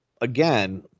again